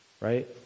Right